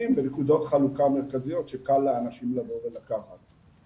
בנקודות חלוקה מרכזיות שקל לאנשים לבוא ולקחת.